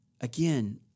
Again